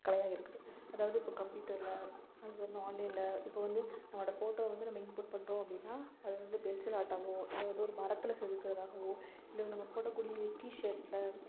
கலையாக இருக்குது அதாவது இப்போது கம்ப்யூட்டரில் அது பேர் என்ன ஆன்லைனில் இப்போ வந்து அவங்களோட ஃபோட்டோ வந்து நம்ம இன்புட் பண்ணுறோம் அப்படின்னா அது வந்து பென்சில் ஆர்ட்டாவோ இல்லை வந்து ஒரு மரத்தில் செதுக்குறதாகவோ இல்லை வந்து நம்ம போடக்கூடிய டீஷர்டில்